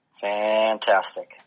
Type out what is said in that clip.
Fantastic